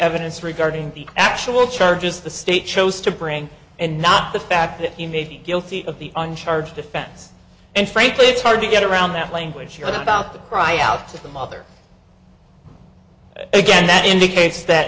evidence regarding the actual charges the state chose to bring and not the fact that he may be guilty of the one charge defense and frankly it's hard to get around that language here that about the cry out to the mother again that indicates that